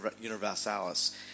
Universalis